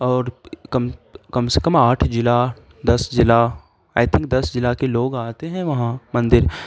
اور کم کم سے کم آٹھ ضلع دس ضلع آئی تھینک دس ضلع کے لوگ آتے ہیں وہاں مندر